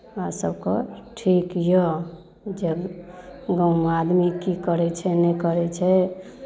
हमरा सभकेँ ठीक यए बुझलियै गाँवमे आदमी की करै छै नहि करै छै